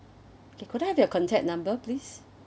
okay could I have your contact number please